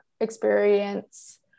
experience